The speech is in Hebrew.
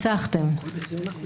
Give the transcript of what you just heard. אני מציעה.